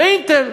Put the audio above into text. ל"אינטל",